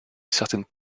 certaines